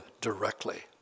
directly